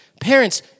Parents